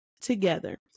together